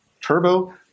turbo